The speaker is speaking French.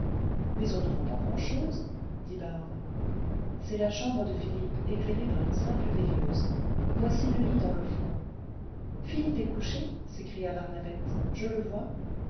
mais on ne voit pas grand'chose dit barbe c'est la chambre de philippe éclairée par une simple veilleuse voici le lit dans le fond philippe est couché s'écria barnabette je le vois